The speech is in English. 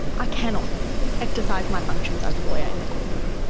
i cannot exercise my functions as a lawyer in the courtroom.